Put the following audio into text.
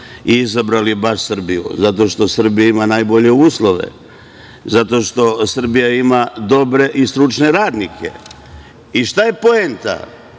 i izabrali baš Srbiju? Zato što Srbija ima najbolje uslove. Zato što Srbija ima dobre i stručne radnike. Šta je poenta?